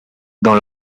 dans